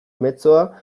mezzoa